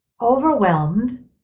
overwhelmed